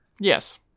Yes